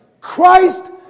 Christ